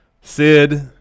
Sid